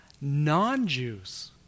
non-Jews